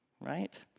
right